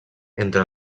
entre